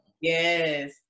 Yes